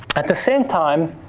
at the same time,